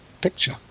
picture